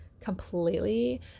completely